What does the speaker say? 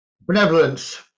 benevolence